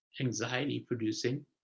anxiety-producing